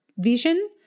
vision